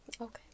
okay